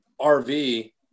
RV